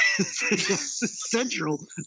central